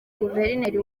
guverineri